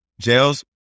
jails